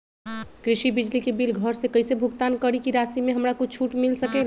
कृषि बिजली के बिल घर से कईसे भुगतान करी की राशि मे हमरा कुछ छूट मिल सकेले?